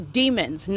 demons